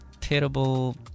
Terrible